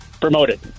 Promoted